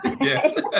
Yes